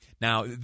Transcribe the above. Now